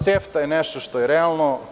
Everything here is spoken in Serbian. CEFTA je nešto što je realno.